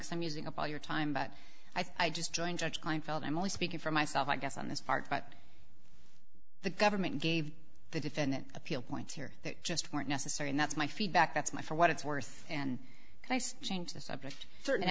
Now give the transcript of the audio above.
so i'm using up all your time but i just joined judge kleinfeld i'm only speaking for myself i guess on this part but the government gave the defendant appeal points here that just weren't necessary and that's my feedback that's my for what it's worth and thanks to change the subject certain